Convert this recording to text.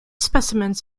specimens